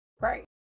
Right